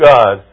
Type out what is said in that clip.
God